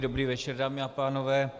Dobrý večer, dámy a pánové.